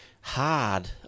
hard